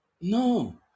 No